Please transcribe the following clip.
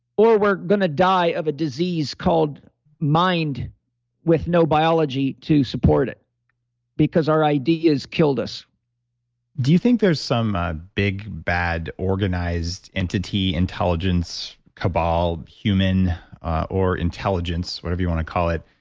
or we're going to die of a disease called mind with no biology to support it because our ideas killed us do you think there's some big, bad organized entity, intelligence, cabal, human or intelligence, whatever you want to call it,